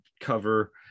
cover